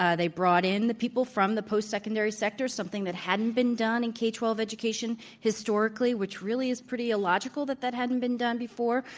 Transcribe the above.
ah they brought in the people from the post secondary sector, something that hadn't been done in k twelve education historically, which really is pretty illogical that that hadn't been done before.